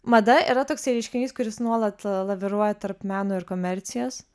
mada yra toksai reiškinys kuris nuolat laviruoja tarp meno ir komercijos